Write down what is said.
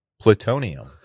plutonium